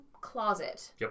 closet